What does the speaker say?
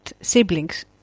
siblings